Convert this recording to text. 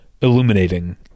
Illuminating